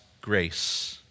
grace